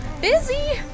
busy